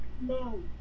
No